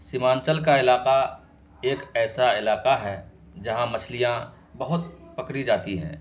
سیمانچل کا علاقہ ایک ایسا علاقہ ہے جہاں مچھلیاں بہت پکڑی جاتی ہیں